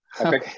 Okay